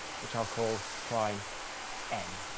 which i'll call prime n.